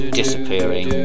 disappearing